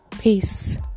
Peace